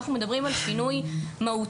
אנחנו מדברים על שינוי מהותי.